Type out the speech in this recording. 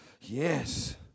Yes